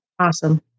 Awesome